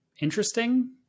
interesting